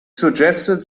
suggested